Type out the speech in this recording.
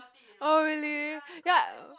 oh really ya